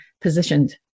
positioned